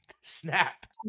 Snap